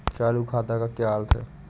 चालू खाते का क्या अर्थ है?